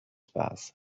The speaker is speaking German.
spaß